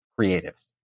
creatives